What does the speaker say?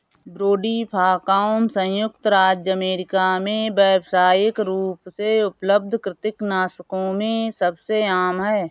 brodifacoum संयुक्त राज्य America में व्यावसायिक रूप से उपलब्ध कृंतकनाशकों में सबसे आम है